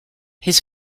his